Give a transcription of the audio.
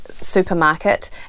supermarket